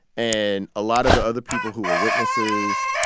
and a lot of the other people who were witnesses,